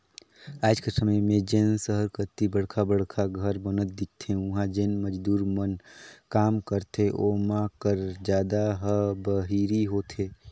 आएज कर समे में जेन सहर कती बड़खा बड़खा घर बनत दिखथें उहां जेन मजदूर मन काम करथे ओमा कर जादा ह बाहिरी होथे